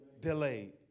Delayed